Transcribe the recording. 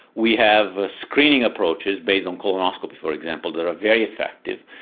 we have screening approaches based on colonoscopy, for example, that are very effective.